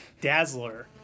Dazzler